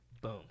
boom